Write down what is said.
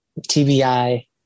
TBI